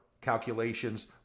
calculations